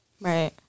Right